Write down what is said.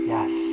Yes